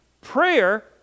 Prayer